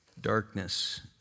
darkness